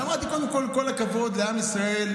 ואמרתי: קודם כול כל הכבוד לעם ישראל,